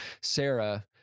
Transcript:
Sarah